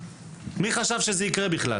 מי חשב שזה יקרה בכלל?